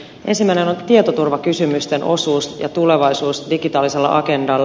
ensimmäinen on tietoturvakysymysten osuus ja tulevaisuus digitaalisella agendalla